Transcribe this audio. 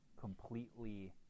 completely